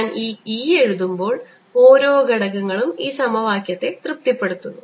ഞാൻ ഈ E എഴുതുമ്പോൾ ഓരോ ഘടകങ്ങളും ഈ സമവാക്യത്തെ തൃപ്തിപ്പെടുത്തുന്നു